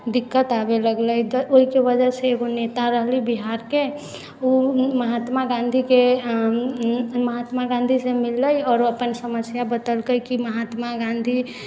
दिक्कत आबै लगलै तऽ ओहिके वजहसँ एगो नेता रहलै बिहारके ओ महात्मा गांधीके महात्मा गांधीसँ मिललै आओर अपन समस्या बतेलकै कि महात्मा गांधी